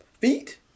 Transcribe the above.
feet